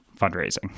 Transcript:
fundraising